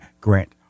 Grant